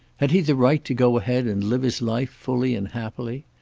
had he the right to go ahead and live his life fully and happily?